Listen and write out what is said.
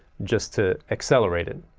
just to accelerate it.